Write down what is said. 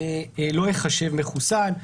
לא יחשב מחוסן.